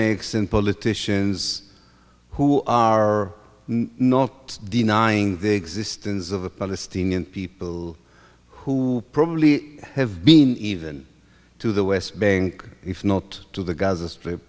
politicians who are not denying the existence of a palestinian people who probably have been even to the west bank if not to the gaza strip